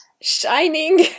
Shining